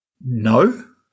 No